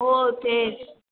हो तेच